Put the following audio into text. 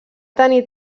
tenir